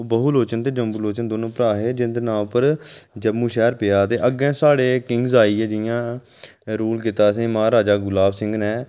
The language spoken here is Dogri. बाहु लोचन ते जम्बू लोचन दौनों भ्राऽ हे जिं'दे नांऽ पर जम्मू शैह्र पेआ अग्गें साढ़े किंग्स आइयै जि'यां रूल कीता असेंगी महाराजा गुलाब सिंह नै